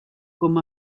com